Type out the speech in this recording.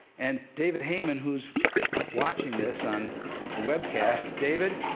and david heymann, who's watching this on the webcast david,